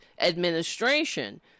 administration